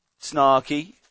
snarky